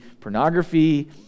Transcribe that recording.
pornography